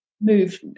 move